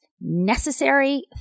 necessary